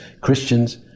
Christians